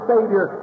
Savior